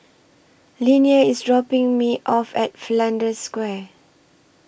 Linnea IS dropping Me off At Flanders Square